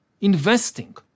investing